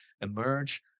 emerge